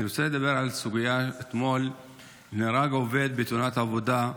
אני רוצה לדבר על סוגיה: אתמול נהרג עובד בתאונת עבודה,